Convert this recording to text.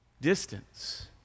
distance